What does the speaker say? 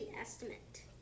estimate